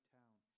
town